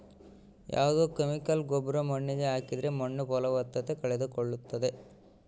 ಯಾವ್ದೇ ಕೆಮಿಕಲ್ ಗೊಬ್ರ ಮಣ್ಣಿಗೆ ಹಾಕಿದ್ರೆ ಮಣ್ಣು ಫಲವತ್ತತೆ ಕಳೆದುಕೊಳ್ಳುತ್ತದೆ